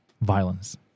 Violence